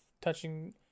touching